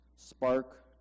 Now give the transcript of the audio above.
spark